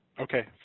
Okay